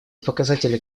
показатели